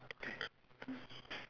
okay